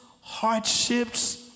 hardships